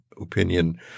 opinion